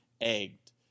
egged